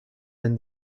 than